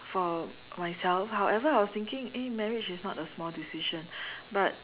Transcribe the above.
for myself however I was thinking eh marriage is not a small decision but